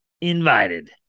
invited